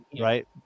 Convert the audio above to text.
right